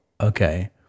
okay